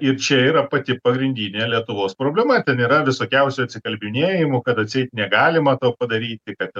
ir čia yra pati pagrindinė lietuvos problema ten yra visokiausių atsikalbinėjimų kad atseit negalima to padaryti kad